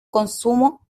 consumo